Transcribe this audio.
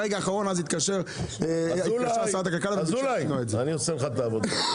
ברגע האחרון התקשר- -- אני אעשה לך את העבודה.